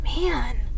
Man